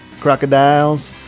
Crocodiles